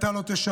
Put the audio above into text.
אתה לא תשרת,